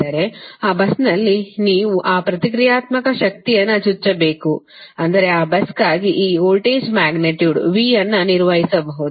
ಅಂದರೆ ಆ ಬಸ್ನಲ್ಲಿ ನೀವು ಆ ಪ್ರತಿಕ್ರಿಯಾತ್ಮಕ ಶಕ್ತಿಯನ್ನು ಚುಚ್ಚಬೇಕು ಅಂದರೆ ಆ ಬಸ್ಗಾಗಿ ಈ ವೋಲ್ಟೇಜ್ ಮ್ಯಾಗ್ನಿಟ್ಯೂಡ್ V ಅನ್ನು ನಿರ್ವಹಿಸಬಹುದು